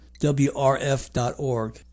wrf.org